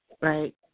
Right